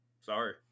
sorry